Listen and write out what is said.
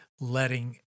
letting